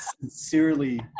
sincerely